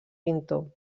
pintor